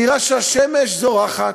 נראה שהשמש זורחת,